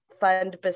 fund